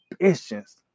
ambitions